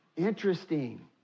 Interesting